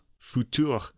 futur